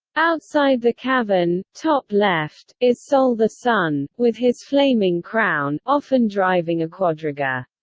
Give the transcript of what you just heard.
outside the cavern, top left, is sol the sun, with his flaming crown, often driving a quadriga.